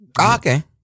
Okay